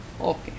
Okay